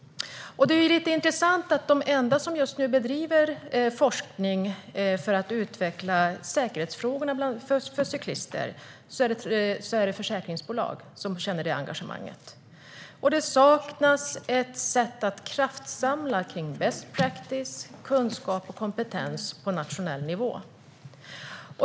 Det är lite intressant att de enda som just nu bedriver forskning för att utveckla säkerhetsfrågorna för cyklister är försäkringsbolag. Det är de som känner det engagemanget. Det saknas ett sätt att kraftsamla kring best practice, kunskap och kompetens på nationell nivå.